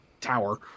tower